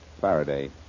Faraday